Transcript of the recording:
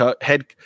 head